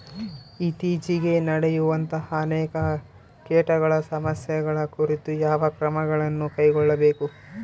ಇತ್ತೇಚಿಗೆ ನಡೆಯುವಂತಹ ಅನೇಕ ಕೇಟಗಳ ಸಮಸ್ಯೆಗಳ ಕುರಿತು ಯಾವ ಕ್ರಮಗಳನ್ನು ಕೈಗೊಳ್ಳಬೇಕು?